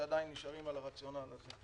שעדיין נשארים עם הרציונל הזה.